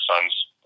sons